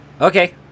Okay